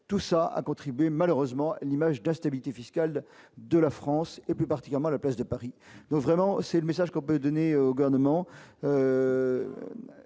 tout cela a contribué, malheureusement à l'image de la stabilité fiscale de la France et puis partir moi la place de Paris, donc, vraiment, c'est le message que. Peut donner au gouvernement.